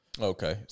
Okay